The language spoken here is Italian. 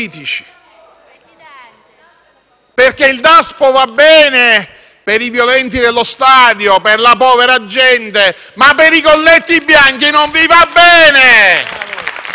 Il Daspo va bene per i violenti dello stadio, per la povera gente, ma per i colletti bianchi non vi va bene!